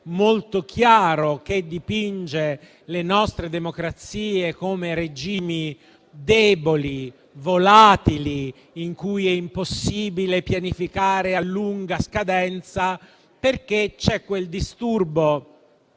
molto chiaro che dipinge le nostre democrazie come regimi deboli e volatili in cui è impossibile pianificare a lunga scadenza perché c'è quel "disturbo"